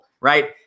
right